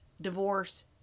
Divorce